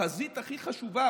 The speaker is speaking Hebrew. בחזית הכי חשובה,